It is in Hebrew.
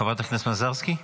חברת הכנסת מזרסקי.